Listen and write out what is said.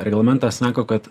reglamentas sako kad